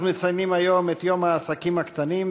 אנחנו מציינים היום את יום העסקים הקטנים,